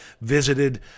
visited